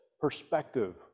perspective